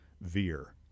veer